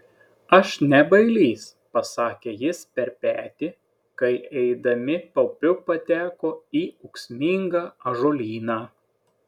aš ne bailys pasakė jis per petį kai eidami paupiu pateko į ūksmingą ąžuolyną